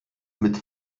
mit